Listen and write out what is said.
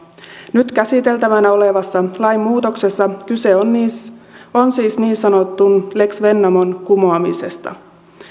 nyt käsiteltävänä olevassa lainmuutoksessa kyse on siis niin sanotun lex vennamon kumoamisesta